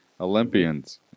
Olympians